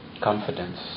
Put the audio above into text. confidence